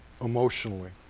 emotionally